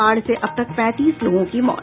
बाढ़ से अब तक पैंतीस लोगों की मौत